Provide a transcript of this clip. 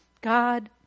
God